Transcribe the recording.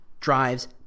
drives